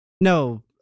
No